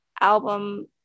album